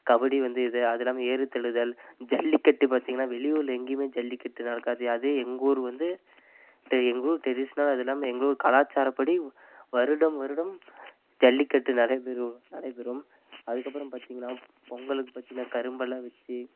கபடி வந்து இது அது இல்லாமல் ஏறு தழுவுதல் ஜல்லிக்கட்டு பார்த்திங்கன்னா வெளியூர்ல எங்கேயுமே ஜல்லிக்கட்டு நடக்காது அதே எங்கள் ஊர் வந்து ட்ரெ எங்கள் ஊர் ட்ரெடிஷ்னலாக அது இல்லாமல் எங்கள் ஊர் கலாச்சாரப்படி வருடம் வருடம் ஜல்லிக்கட்டு நடைபெறும் நடைபெறும் அதுக்கப்புறம் பார்த்திங்கன்னா பொங்கலுக்கு பார்த்திங்கன்னா கரும்பெல்லாம் வச்சு